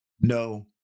no